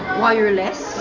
wireless